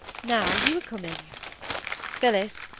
now you are come in phillis,